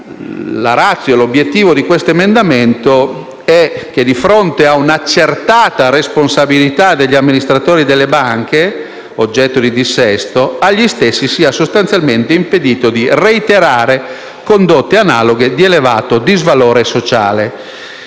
La *ratio*, l'obiettivo di questo emendamento era che, di fronte a un'accertata responsabilità degli amministratori delle banche oggetto di dissesto, agli stessi fosse sostanzialmente impedito di reiterare condotte analoghe di elevato disvalore sociale.